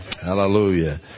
Hallelujah